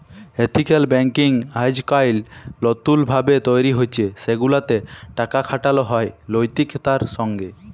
ethical banking আইজকাইল লতুল ভাবে তৈরি হছে সেগুলাতে টাকা খাটালো হয় লৈতিকতার সঙ্গে